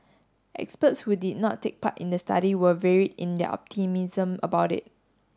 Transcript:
experts who did not take part in the study were varied in their optimism about it